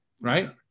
Right